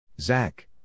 Zach